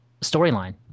storyline